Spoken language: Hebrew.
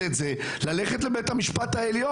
את זה וללכת לעתור לבית המשפט העליון.